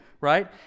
right